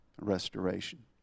restoration